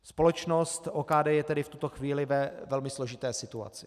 Společnost OKD je tedy v tuto chvíli ve velmi složité situaci.